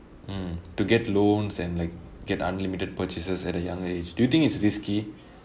mm to get loans and like get unlimited purchases at a younger age do you think it's risky